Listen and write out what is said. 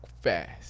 fast